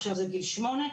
עכשיו זה גיל שמונה,